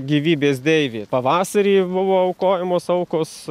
gyvybės deivė pavasarį buvo aukojamos aukos